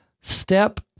step